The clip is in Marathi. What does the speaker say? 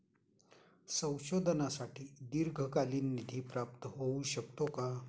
संशोधनासाठी दीर्घकालीन निधी प्राप्त होऊ शकतो का?